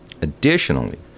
Additionally